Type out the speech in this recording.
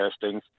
testing